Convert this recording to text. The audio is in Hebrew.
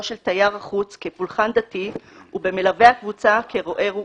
של תייר החוץ כפולחן דתי ובמלווה הקבוצה כרועה רוחני,